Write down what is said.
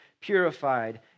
purified